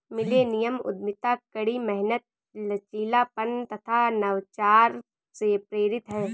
millennium उद्यमिता कड़ी मेहनत, लचीलापन तथा नवाचार से प्रेरित है